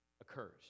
occurs